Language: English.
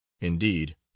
indeed